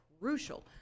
crucial